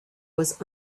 was